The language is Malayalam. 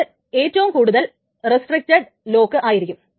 അത് ഏറ്റവും കൂടുതൽ റെസ്ട്രിക്റ്റഡ് ലോക്ക് ആയിരിക്കും